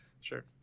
Sure